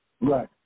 right